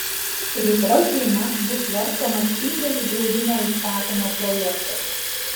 rytoj seime bus svarstomas indėlių draudimo įstatymo projektas